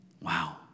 Wow